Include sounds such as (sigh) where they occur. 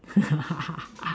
(laughs)